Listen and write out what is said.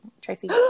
Tracy